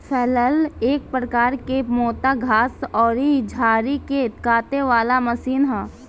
फलैल एक प्रकार के मोटा घास अउरी झाड़ी के काटे वाला मशीन ह